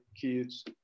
kids